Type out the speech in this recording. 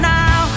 now